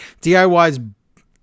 DIY's